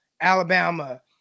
Alabama